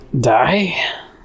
die